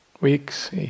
weeks